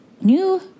new